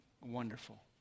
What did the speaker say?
wonderful